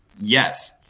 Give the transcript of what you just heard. Yes